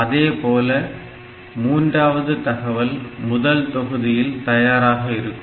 அதேபோல மூன்றாவது தகவல் முதல் தொகுதியில் தயாராக இருக்கும்